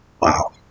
Wow